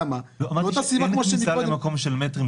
אין כניסה למקום של מטרים.